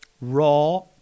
raw